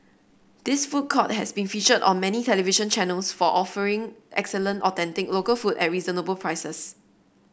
this food court has been featured on many television channels for offering excellent authentic local food at reasonable prices